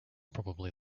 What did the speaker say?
probably